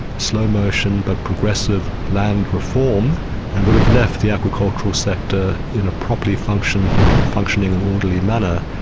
slow motion but progressive land reform and would have left the agricultural sector in a properly functioning functioning and orderly manner,